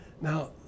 Now